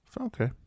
okay